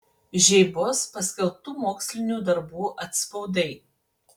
žeibos paskelbtų mokslinių darbų atspaudai